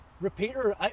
Repeater